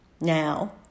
now